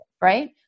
right